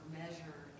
measure